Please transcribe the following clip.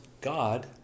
God